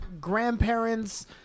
grandparents